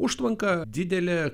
užtvanka didelė